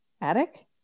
Attic